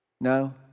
No